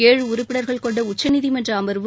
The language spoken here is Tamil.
ஏழு உறுப்பினர்கள் கொண்ட உச்சநீதிமன்ற அமர்வு